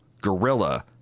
gorilla